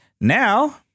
Now